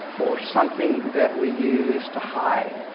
or something that we use to hide.